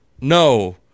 no